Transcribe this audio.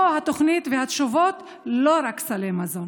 התוכנית והתשובות פה, לא רק סלי מזון.